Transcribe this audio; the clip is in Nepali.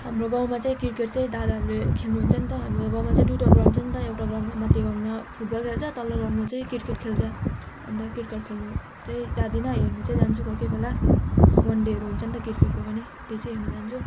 हाम्रो गाउँमा चाहिँ क्रिकेट चाहिँ दादाहरूले खेल्नुहुन्छ नि त हाम्रो गाउँमा चाहिँ दुईटा ग्राउन्ड छ नि त एउटा ग्राउन्डमा माथिल्लो ग्राउन्डमा फुटबल खेल्छ तल्लो ग्राउन्डमा चाहिँ क्रिकेट खेल्छ अनि त क्रिकेट खेल्नु चाहिँ जाँदिनँ हेर्न चाहिँ जान्छु कोही कोही बेला वन डेहरू हुन्छ नि त क्रिकेटको पनि त्यो चाहिँ हेर्नु जान्छु